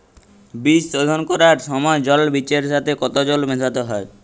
বীজ শোধন করার সময় জল বীজের সাথে কতো জল মেশাতে হবে?